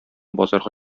базарга